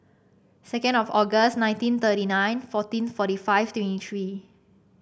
second of August nineteen thirty nine fourteen forty five twenty three